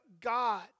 God